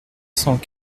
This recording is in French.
cent